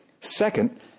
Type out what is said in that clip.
Second